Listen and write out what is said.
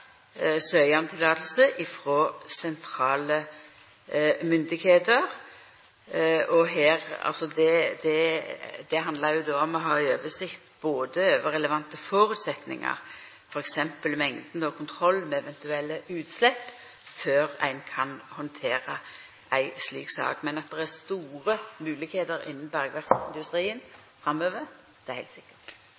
Det handlar om å ha oversikt over relevante føresetnader, f.eks. mengda av og kontrollen med eventuelle utslepp før ein kan handtera ei slik sak. Men at det er store moglegheiter innan